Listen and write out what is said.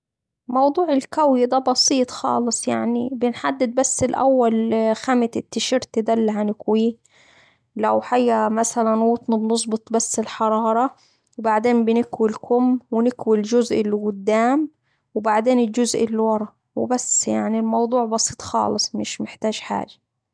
موضوع الكوي دا بسيط خالص يعني، بنحدد بس الأول خامة التي شيرت دا اللي هنكويه. لو حاجة مثلا قطن هنظبط بس الحرارة ، وبعدين بنكوي الكم ونكوي الجزء اللي قدام وبعدين الجزء اللي ورا وبس يعني الموضوع بسيط خالص مش محتاج حاجة.